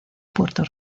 puerto